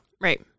Right